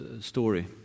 story